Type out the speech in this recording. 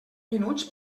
minuts